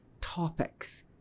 topics